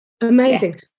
Amazing